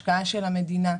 השקעה של המדינה,